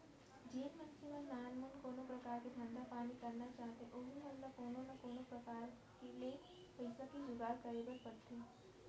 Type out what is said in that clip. जेन मनसे मन नानमुन कोनो परकार के धंधा पानी करना चाहथें ओहू मन ल कोनो न कोनो प्रकार ले पइसा के जुगाड़ करे बर परथे